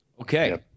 okay